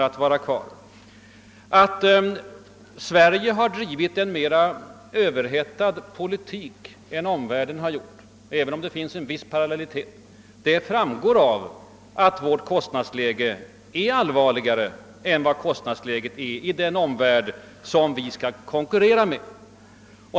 Att Sverige har drivit en mera överhettad politik än omvärlden framgår av att vårt kostnadsläge blivit allvarligare än den omvärlds som vi skall konkurrera med.